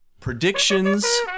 predictions